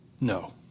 No